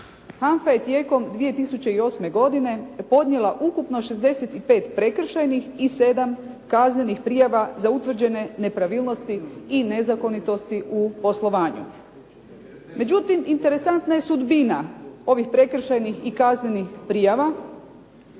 HANFA je tijekom 2008. godine podnijela ukupno 65 prekršajnih i 7 kaznenih prijava za utvrđene nepravilnosti i nezakonitosti u poslovanju. Međutim, interesantna je sudbina ovih prekršajnih i kaznenih prijava